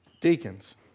deacons